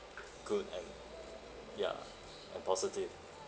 good and ya and positive